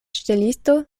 ŝtelisto